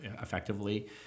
effectively